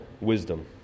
wisdom